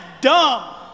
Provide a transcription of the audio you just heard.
dumb